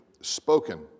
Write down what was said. spoken